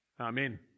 Amen